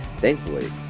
Thankfully